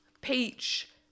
peach